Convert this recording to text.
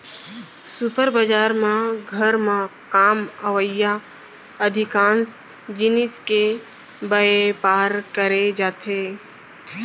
super बजार म घर म काम अवइया अधिकांस जिनिस के बयपार करे जाथे